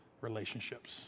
relationships